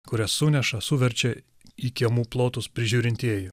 kurias suneša suverčia į kiemų plotus prižiūrintieji